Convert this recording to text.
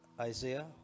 Isaiah